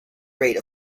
rate